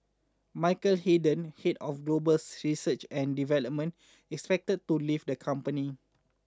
Michael Hayden head of global research and development is expected to leave the company